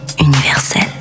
universel